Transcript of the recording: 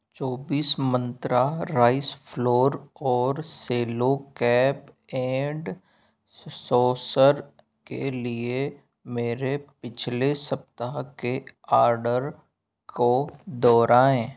चौबीस Mantra rice flour और cello cap and saucer के लिये मेरे पिछले सप्ताह के आर्डर को दोहराएँ